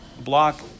block